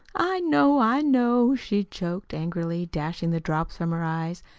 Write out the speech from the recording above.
i know, i know, she choked, angrily dashing the drops from her eyes.